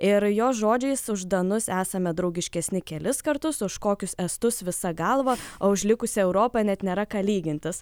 ir jo žodžiais už danus esame draugiškesni kelis kartus už kokius estus visa galva o už likusią europą net nėra ką lygintis